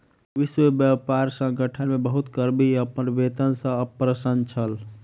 विश्व व्यापार संगठन मे बहुत कर्मी अपन वेतन सॅ अप्रसन्न छल